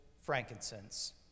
frankincense